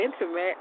intimate